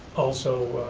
also,